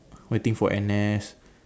waiting for N_S